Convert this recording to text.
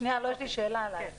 אני רוצה לשאול אותך שאלה, תמר,